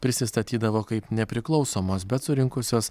prisistatydavo kaip nepriklausomos bet surinkusios